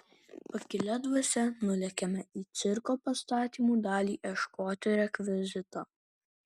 pakilia dvasia nulėkėme į cirko pastatymų dalį ieškoti rekvizito